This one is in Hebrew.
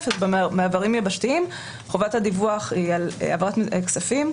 ובמעברים יבשתיים חובת הדיווח היא על העברת כספים,